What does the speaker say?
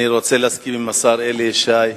אני רוצה להסכים עם השר אלי ישי,